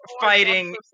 fighting